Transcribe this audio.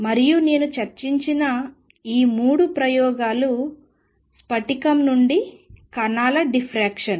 మరియు నేను చర్చించిన 3 ప్రయోగాలు స్ఫటికంక్రిస్టల్ నుండి కణాల డిఫ్రాక్క్షన్